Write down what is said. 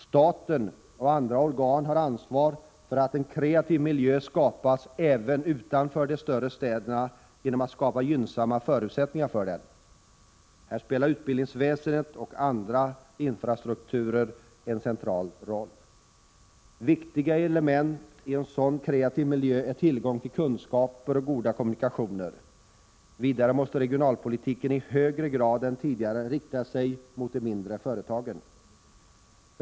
Staten och andra organ har ansvar för att en kreativ miljö skapas även utanför de större städerna genom att skapa gynnsamma förutsättningar för dem. Här spelar utbildningsväsendet och andra infrastrukturer en central roll. Viktiga element i en sådan kreativ miljö är tillgång till kunskaper och goda kommunikationer. Vidare måste regionalpolitiken i högre grad än tidigare rikta sig mot de mindre företagen.